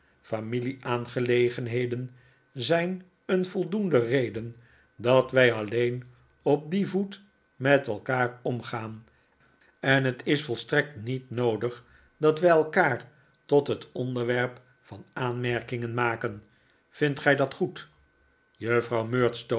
familie-aangelegenheden zijn een voldoende reden dat wij alleen op dien voet met elkaar omgaan en het is volstrekt niet noodig dat wij elkaar tot het onderwerp van aanmerkingen maken vindt gij dat goed juffrouw